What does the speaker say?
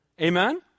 Amen